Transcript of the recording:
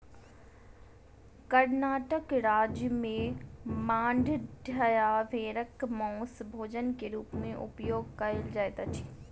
कर्णाटक राज्य में मांड्या भेड़क मौस भोजन के रूप में उपयोग कयल जाइत अछि